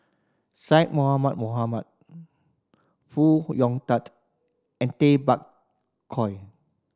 Syed Mohamed Mohamed Foo Hong Tatt and Tay Bak Koi